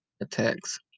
attacks